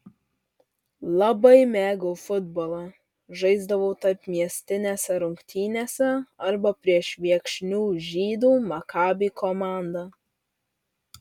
labai mėgau futbolą žaisdavau tarpmiestinėse rungtynėse arba prieš viekšnių žydų makabi komandą